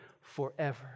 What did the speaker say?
forever